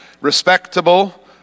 respectable